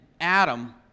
Adam